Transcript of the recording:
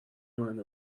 منو